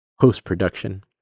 post-production